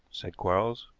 said quarles.